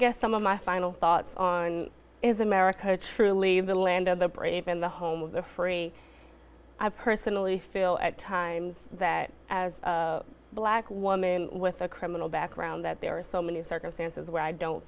guess some of my final thoughts on is america a true leave the land of the brave in the home of the free i personally feel at times that as a black woman with a criminal background that there are so many circumstances where i don't